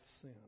sin